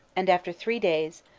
and after three days,